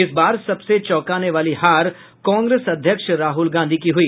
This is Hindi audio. इस बार सबसे चौंकाने वाली हार कांग्रेस अध्यक्ष राहुल गांधी की हुई